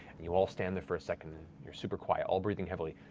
you all stand there for a second, and you're super quiet, all breathing heavily